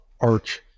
arch